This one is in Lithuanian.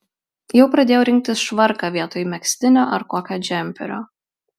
jau pradėjau rinktis švarką vietoj megztinio ar kokio džemperio